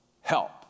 help